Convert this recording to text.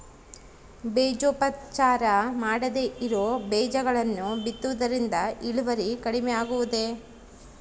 ಬೇಜೋಪಚಾರ ಮಾಡದೇ ಇರೋ ಬೇಜಗಳನ್ನು ಬಿತ್ತುವುದರಿಂದ ಇಳುವರಿ ಕಡಿಮೆ ಆಗುವುದೇ?